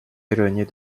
éloignée